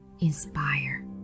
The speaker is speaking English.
inspire